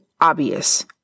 obvious